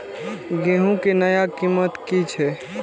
गेहूं के नया कीमत की छे?